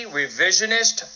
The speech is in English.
revisionist